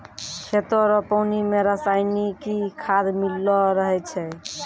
खेतो रो पानी मे रसायनिकी खाद मिल्लो रहै छै